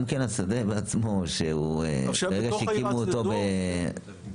גם כן השדה בעצמו שמילא שהקימו אותו ברמות,